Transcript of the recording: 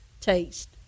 taste